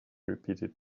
repeated